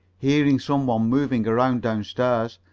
hearing some one moving around downstairs,